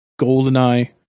GoldenEye